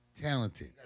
talented